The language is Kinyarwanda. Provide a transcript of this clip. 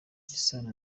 isano